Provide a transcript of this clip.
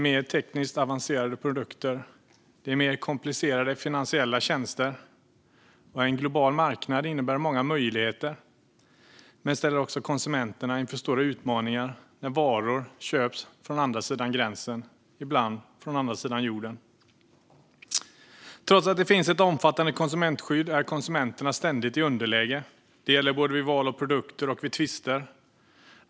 Mer tekniskt avancerade produkter, fler komplicerade finansiella tjänster och en global marknad innebär många möjligheter men ställer också konsumenterna inför större utmaningar när varor köps från andra sidan gränsen och ibland från andra sidan jorden. Trots att det finns ett omfattande konsumentskydd är konsumenterna ständigt i underläge. Det gäller både vid val av produkter och vid tvister.